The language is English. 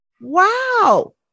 Wow